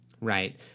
right